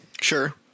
Sure